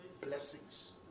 blessings